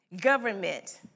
Government